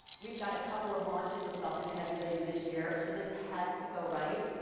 we've got a couple of launches falcon heavy later this year, so this had to go right.